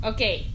Okay